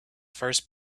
first